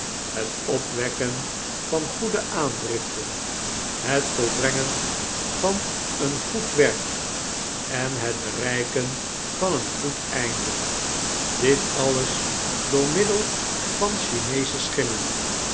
het opwekken van goede aandriften het volbrengen van een goed werk en het bereiken van een goed einde ait alles door mid del van chinee sche schimmen